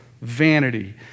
vanity